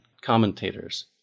commentators